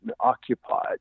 occupied